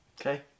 Okay